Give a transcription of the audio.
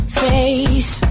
face